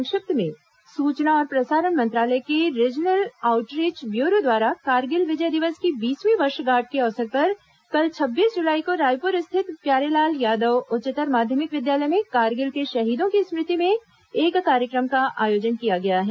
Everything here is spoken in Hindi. संक्षिप्त समाचार सूचना और प्रसारण मंत्रालय के रीजनल आउटरीच ब्यूरो द्वारा कारगिल विजय दिवस की बीसवीं वर्षगांठ के अवसर पर कल छब्बीस जुलाई को रायपुर स्थित प्यारेलाल यादव उच्चतर माध्यमिक विद्यालय में कारगिल के शहीदों की स्मृति में एक कार्यक्रम का आयोजन किया गया है